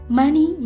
money